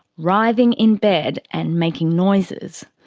writhing in bed and making noises.